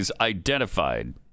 identified